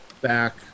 back